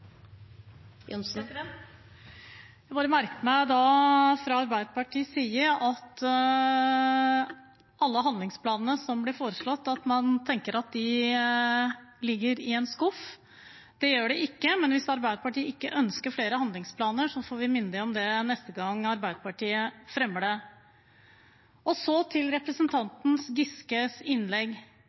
bare merker meg at man fra Arbeiderpartiets side tenker at alle handlingsplanene som ble foreslått, ligger i en skuff. Det gjør de ikke. Men hvis Arbeiderpartiet ikke ønsker flere handlingsplaner, får vi minne dem om det neste gang Arbeiderpartiet fremmer det. Så til representanten Giskes innlegg.